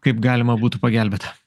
kaip galima būtų pagelbėt